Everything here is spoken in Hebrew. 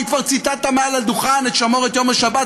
אם כבר ציטטת מעל הדוכן את "שמור את יום השבת",